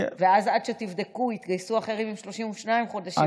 ואז עד שתבדקו יתגייסו אחרים עם 32 חודשים,